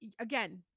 Again